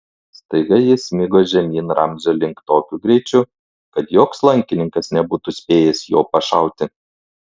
staiga jis smigo žemyn ramzio link tokiu greičiu kad joks lankininkas nebūtų spėjęs jo pašauti